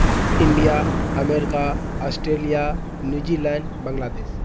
India America Australia New Zealand Bangladesh